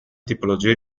tipologie